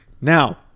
Now